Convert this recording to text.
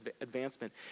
advancement